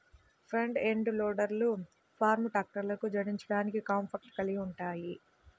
front end లోడర్లు farm ట్రాక్టర్లకు జోడించడానికి కాంపాక్ట్ కలిగి ఉంటాయి